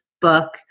book